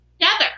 together